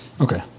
Okay